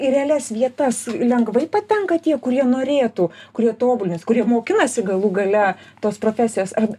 į realias vietas lengvai patenka tie kurie norėtų kurie tobulinas kurie mokinasi galų gale tos profesijos ar